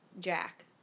Jack